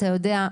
אתה-יודע,